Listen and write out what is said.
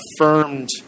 affirmed